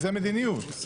זו מדיניות.